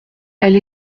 elle